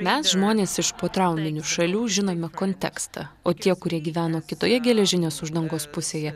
mes žmonės iš potrauminių šalių žinome kontekstą o tie kurie gyveno kitoje geležinės uždangos pusėje